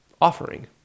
Offering